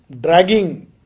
dragging